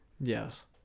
yes